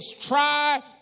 try